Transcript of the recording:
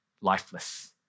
lifeless